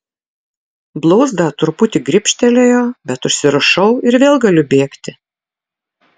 blauzdą truputį gribštelėjo bet užsirišau ir vėl galiu bėgti